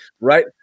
right